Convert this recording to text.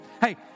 Hey